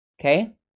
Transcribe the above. Okay